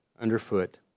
underfoot